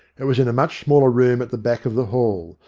it was in a much smaller room at the back of the hall,